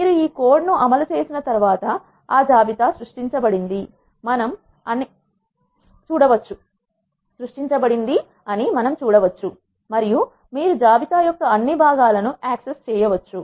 మీరు ఈ కోడ్ ను అమలు చేసిన తర్వాత ఆ జాబితా సృష్టించబడింది మనం అని మనం చూడవచ్చు మరియు మీరు జాబితా యొక్క అన్ని భాగాలను యాక్సెస్ చేయవచ్చు